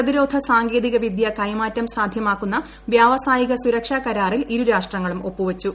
പ്രതിരോധ സാങ്കേതിക വിദ്യ കൈമാറ്റം സാധ്യമാക്കുന്ന വ്യാവസായിക സുരക്ഷാ കരാറിൽ ഇരുരാഷ്ട്രങ്ങളും ഒപ്പുവച്ചു